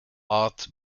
art